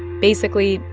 basically,